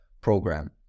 program